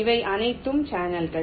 இவை அனைத்தும் சேனல்கள்